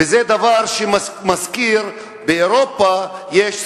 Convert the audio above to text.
וזה דבר שמזכיר, באירופה יש "סקין-הדס".